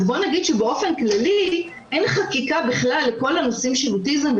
אז בוא נגיד שבאופן כללי אין חקיקה בכלל לכל הנושאים של אוטיזם,